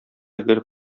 гел